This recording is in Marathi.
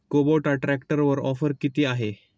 कुबोटा ट्रॅक्टरवर ऑफर किती आहे?